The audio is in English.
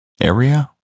area